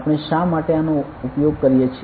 આપણે શા માટે આનો ઉપયોગ કરીએ છીએ